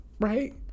Right